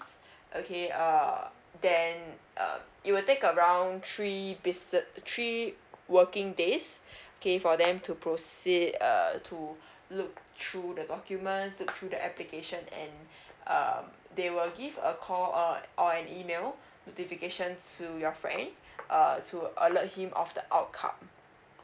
okay uh then uh it will take around three busi~ three working days okay for them to proceed uh to look through the documents looked through the application and uh they will give a call or an email notification to your friend uh to alert him of the outcome